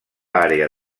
àrea